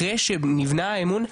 אחרי שנבנה האמון,